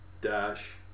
Dash